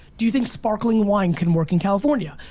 do you think sparkling wine can work in california?